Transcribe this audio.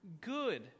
good